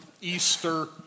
Easter